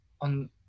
on